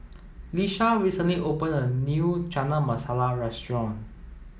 Lisha recently opened a new Chana Masala restaurant